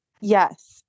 Yes